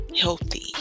healthy